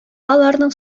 аларның